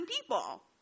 people